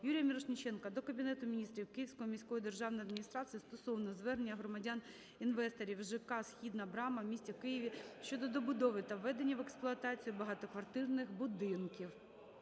Юрія Мірошниченка до Кабінету Міністрів, Київської міської державної адміністрації стосовно звернення громадян - інвесторів ЖК "Східна Брама" у місті Києві щодо добудови та введення в експлуатацію багатоквартирних будинків.